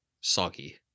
soggy